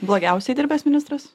blogiausiai dirbęs ministras